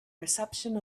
reception